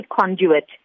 conduit